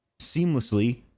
seamlessly